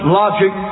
logic